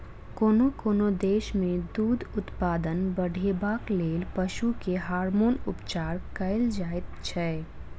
कोनो कोनो देश मे दूध उत्पादन बढ़ेबाक लेल पशु के हार्मोन उपचार कएल जाइत छै